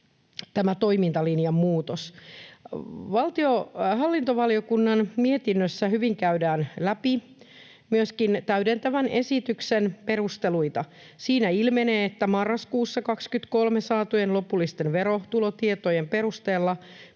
tämä toimintalinjan muutos. Hallintovaliokunnan mietinnössä hyvin käydään läpi myöskin täydentävän esityksen perusteluita. Siinä ilmenee, että marraskuussa 23 saatujen lopullisten verotulotietojen perusteella